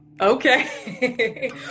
Okay